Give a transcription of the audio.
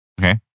Okay